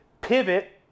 pivot